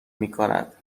میکند